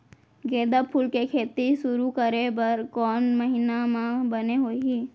गेंदा फूल के खेती शुरू करे बर कौन महीना मा बने होही?